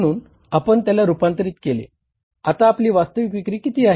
म्हणून आपण त्याला रुपांतरीत केले आता आपली वास्तविक विक्री किती आहे